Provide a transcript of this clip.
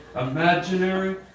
Imaginary